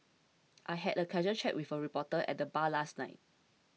I had a casual chat with a reporter at the bar last night